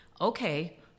okay